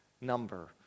number